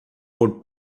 por